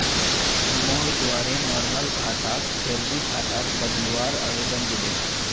मोर द्वारे नॉर्मल खाताक सैलरी खातात बदलवार आवेदन दिले